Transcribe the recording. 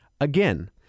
Again